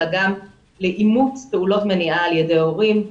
אלא גם לאימוץ פעולות מניעה על ידי הורים.